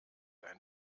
ein